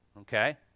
okay